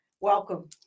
Welcome